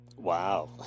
Wow